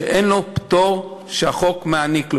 שאין לו פטור שהחוק מעניק לו.